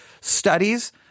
studies